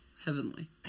Heavenly